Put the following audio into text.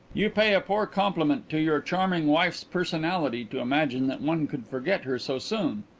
you pay a poor compliment to your charming wife's personality to imagine that one could forget her so soon,